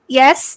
yes